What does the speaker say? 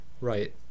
Right